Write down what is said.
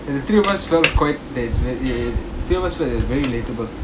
the three of us felt quite that it's v~ it three of us felt that it's very relatable